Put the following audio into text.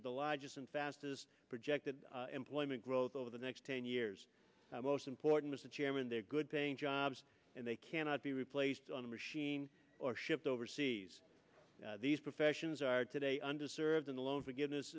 with the largest and fastest projected employment growth over the next ten years most important is the chairman they are good paying jobs and they cannot be replaced on a machine or shipped overseas these professions are today under served in the loan forgiveness